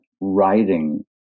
writing